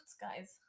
guys